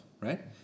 right